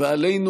ועלינו,